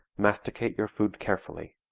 masticate your food carefully.